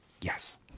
Yes